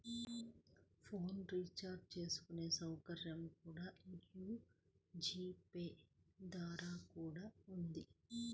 phone recharge చేసుకునే సౌకర్యం కూడా యీ జీ పే ద్వారా కూడా ఉంది